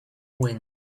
wind